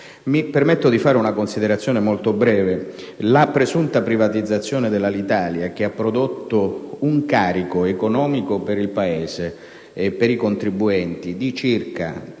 Mi permetto solo di fare una considerazione molto breve. La presunta privatizzazione dell'Alitalia, che ha prodotto un carico economico per il Paese e per i contribuenti di circa